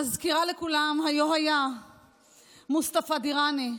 אני מזכירה לכולם: היֹה היה מוסטפא דיראני,